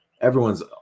everyone's